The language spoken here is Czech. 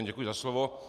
Děkuji za slovo.